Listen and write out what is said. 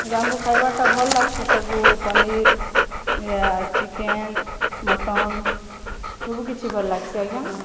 ଏଇଟା ଆମକୁ ଖାଇବାଟା ଭଲ ଲାଗସି ସବୁ ପନିର୍ ଚିକେନ୍ ମଟନ୍ ସବୁ କିଛି ଭଲ୍ ଲାଗସି ଆଜ୍ଞା